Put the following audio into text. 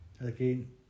again